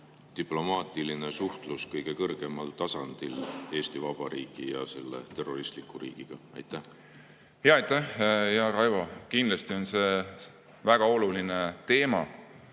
diplomaatiline suhtlus kõige kõrgemal tasandil Eesti Vabariigi ja selle terroristliku riigiga. Aitäh, hea Raivo! Kindlasti on see väga oluline teema.